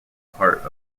part